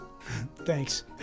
thanks